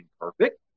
perfect